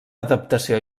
adaptació